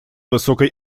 высокой